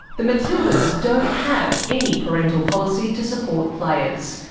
the matildas don't have any parental policy to support players,